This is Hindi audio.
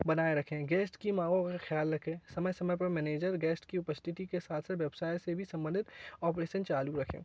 बनाए रखें गेस्ट कि मांगों का ख्याल रखें समय समय पर मैनेजर गैस्ट कि उपस्थिति के साथ से व्यवसाय से भी संबंधित औपरेसन चालू रखें